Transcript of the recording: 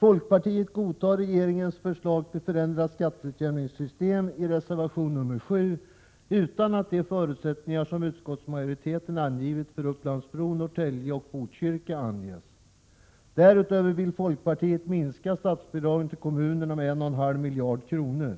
Folkpartiet godtar regeringens förslag till förändrat skatteutjämningssystem i reservation nr 7 utan att de förutsättningar som utskottsmajoriteten angivit för Upplands Bro, Norrtälje och Botkyrka anges. Därutöver vill folkpartiet minska statsbidragen till kommunerna med 1,5 miljarder kronor.